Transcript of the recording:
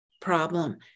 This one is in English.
problem